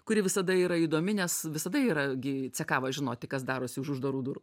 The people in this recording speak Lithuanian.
kuri visada yra įdomi nes visada yra gi cekava žinoti kas darosi už uždarų durų